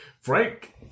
Frank